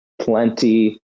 plenty